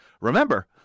remember